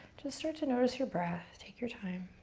just start to notice your breath, take your time.